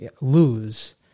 lose